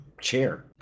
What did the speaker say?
chair